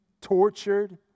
tortured